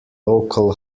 local